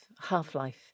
Half-Life